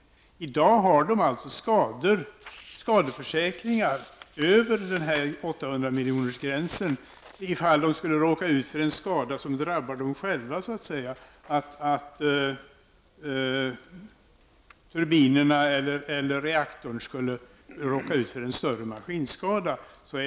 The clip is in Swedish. I dag har de skadeförsäkringar över 800 miljonersgränsen som gäller om de skulle råka ut för en skada som drabbar dem själva, dvs. att turbinerna eller reaktorn skulle råka ut för en större maskinskada.